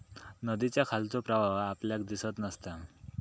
नदीच्या खालचो प्रवाह आपल्याक दिसत नसता